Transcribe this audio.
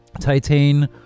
Titan